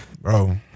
Bro